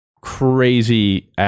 crazy